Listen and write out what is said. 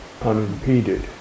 unimpeded